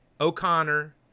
O'Connor